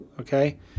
okay